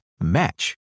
match